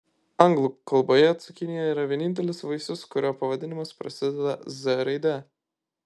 anglų kalboje cukinija yra vienintelis vaisius kurio pavadinimas prasideda z raide